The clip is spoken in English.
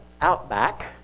outback